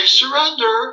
surrender